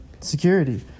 Security